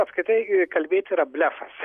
apskritai kalbėt yra blefas